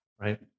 right